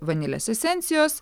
vanilės esencijos